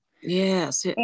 Yes